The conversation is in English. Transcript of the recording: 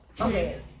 Okay